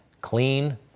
clean